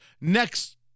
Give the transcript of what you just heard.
next